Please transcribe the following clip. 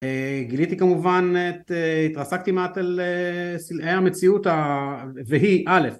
גיליתי כמובן את אהה, התרסקתי מעט אל סלעי המציאות והיא א',